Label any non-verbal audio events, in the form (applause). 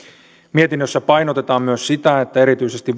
mietinnössä painotetaan myös sitä että erityisesti (unintelligible)